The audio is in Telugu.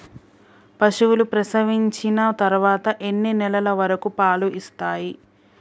పశువులు ప్రసవించిన తర్వాత ఎన్ని నెలల వరకు పాలు ఇస్తాయి?